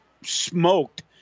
smoked